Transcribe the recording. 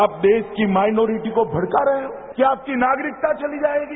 आप देश की माइनोरिटी को भड़का रहे हो क्या आपकी नागरिकता चली जाएगी